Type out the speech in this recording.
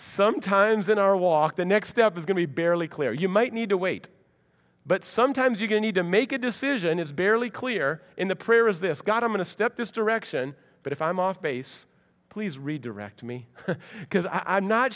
sometimes in our walk the next step is going to be barely clear you might need to wait but sometimes you can need to make a decision it's barely clear in the prayer is this god i'm going to step this direction but if i'm off base please redirect me because i'm not